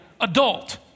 adult